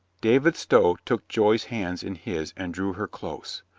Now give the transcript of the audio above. david stow took joy's hands in his and drew her close.